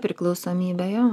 priklausomybė jo